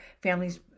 families